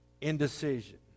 indecision